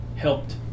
helped